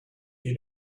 you